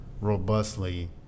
robustly